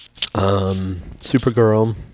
Supergirl